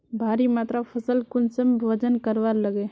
भारी मात्रा फसल कुंसम वजन करवार लगे?